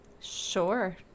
Sure